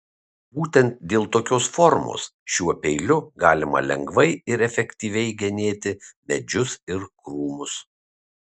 būtent dėl tokios formos šiuo peiliu galima lengvai ir efektyviai genėti medžius ir krūmus